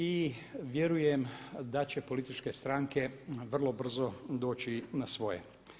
I vjerujem da će političke stranke vrlo brzo doći na svoje.